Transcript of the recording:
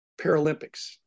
Paralympics